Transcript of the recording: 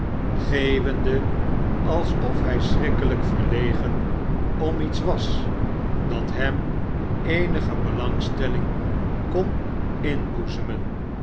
geeuwende alsof hij schnkkelijk verlegen was om iets dat hem eenige belangstelling kon inboezemen